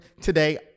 today